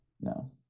No